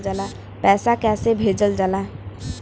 पैसा कैसे भेजल जाला?